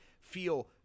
feel